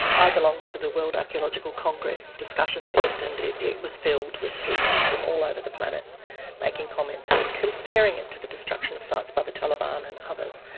i belong to the world archaeological congress discussion list, and it it was filled with people from all over the planet making comments and comparing it to the destruction of sites by the taliban and others.